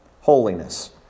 holiness